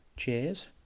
Cheers